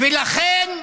ולכן,